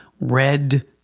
red